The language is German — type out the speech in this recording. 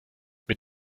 mit